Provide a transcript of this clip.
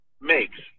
makes